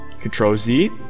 Control-Z